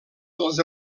dels